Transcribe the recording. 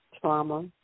trauma